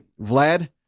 Vlad